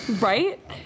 Right